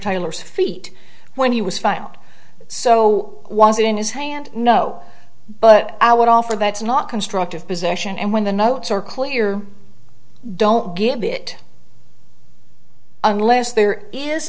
tyler's feet when he was found so was it in his hand no but i would offer that's not constructive possession and when the notes are clear don't get it unless there is